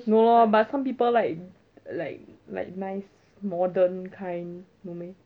no lor but some people like like like nice modern kind no meh